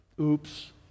Oops